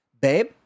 babe